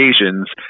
occasions